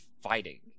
fighting